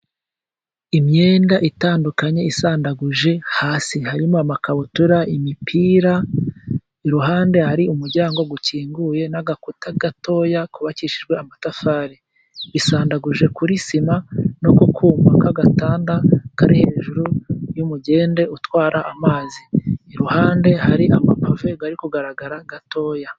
Imyenda itandukanye isandaguje hasi, harimo amakabutura, imipira, iruhande hari umuryango ukinguye n'agakuta gatoya kubabakishijwe amatafari. Bisandaguje kuri sima no ku kuma k'agatanda kari hejuru y'umugende utwara amazi, iruhande hari amapave ari kugaragara gatoya.